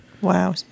Wow